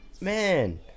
man